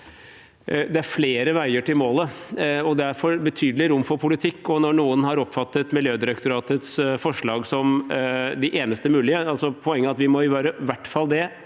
det er flere veier til målet og derfor betydelig rom for politikk. Når noen har oppfattet Miljødirektoratets forslag som de eneste mulige, er poenget at vi i hvert fall må gjøre dette